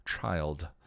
child